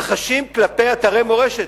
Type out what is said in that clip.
שמתרחשים באתרי מורשת.